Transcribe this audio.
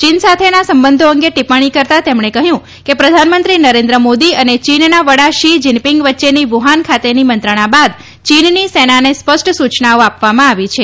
ચીન સાથેના સંબંધો અંગે ટિપ્પણી કરતા તેમણે કહ્યું કે પ્રધાનમંત્રી નરેન્દ્ર મોદી અને યીનના વડા શી જીનપીંગ વચ્ચેની વુહાન ખાતેની મંત્રણા બાદ ચીનની સેનાને સ્પષ્ટ સૂયનાઓ આપવામાં આવી છે